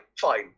fine